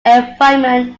environment